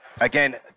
again